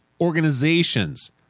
organizations